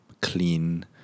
clean